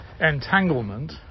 entanglement